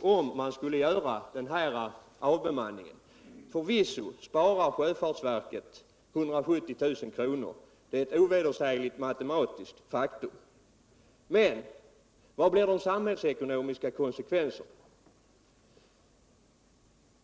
Om man skulle göra denna avbemanning sparar sjöfartsverket förvisso 170 000 kr. — det är eu ovedersägligt matematiskt faktum. Men vilka blir de samhällsekonomiska konsekvenserna?